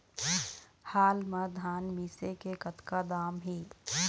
हाल मा धान मिसे के कतका दाम हे?